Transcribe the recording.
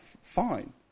fine